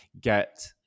get